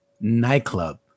nightclub